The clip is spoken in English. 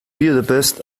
budapest